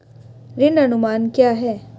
ऋण अनुमान क्या है?